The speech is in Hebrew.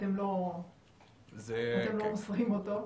אתם לא מוסרים אותו.